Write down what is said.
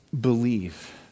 believe